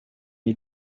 you